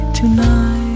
tonight